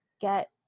get